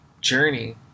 journey